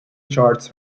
charts